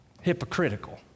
hypocritical